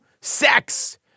Sex